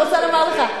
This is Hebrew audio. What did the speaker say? אני רוצה לומר לך,